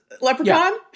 Leprechaun